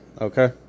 Okay